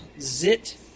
zit